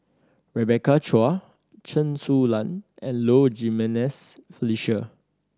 Rebecca Chua Chen Su Lan and Low Jimenez Felicia